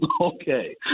Okay